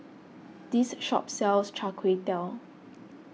this shop Sells Char Kway Teow